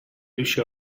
riuscì